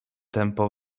tępo